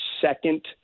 second